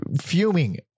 fuming